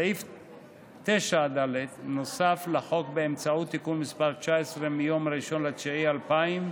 סעיף 9(ד) נוסף לחוק באמצעות תיקון מס' 19 מיום 1 בספטמבר 2000,